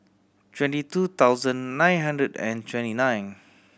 twenty two thousand nine hundred and twenty nine